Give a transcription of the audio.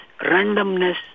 randomness